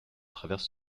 traverse